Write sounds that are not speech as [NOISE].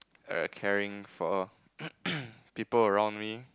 err caring for [NOISE] people around me